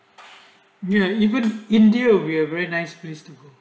ya even india we are very nice place to go